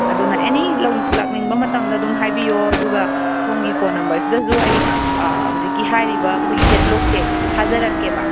ꯑꯗꯨꯅ ꯑꯦꯅꯤ ꯂꯥꯛꯅꯤꯡꯕ ꯃꯇꯝꯗ ꯑꯗꯨꯝ ꯍꯥꯏꯕꯤꯌꯣ ꯑꯗꯨꯒ ꯁꯣꯝꯒꯤ ꯐꯣꯟ ꯅꯝꯕꯔꯁꯤꯗꯁꯨ ꯑꯩ ꯍꯧꯖꯤꯛꯀꯤ ꯍꯥꯏꯔꯤꯕ ꯑꯩꯈꯣꯏꯒꯤ ꯀꯦꯠꯂꯣꯛꯁꯦ ꯊꯥꯖꯔꯛꯀꯦꯕ